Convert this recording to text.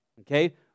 okay